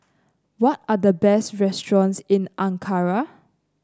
what are the best restaurants in Ankara